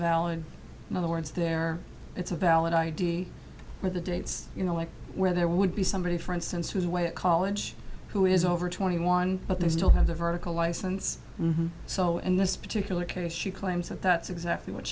valid in other words there it's a valid id for the dates you know like where there would be somebody for instance who's away at college who is over twenty one but they still have article license so in this particular case she claims that that's exactly what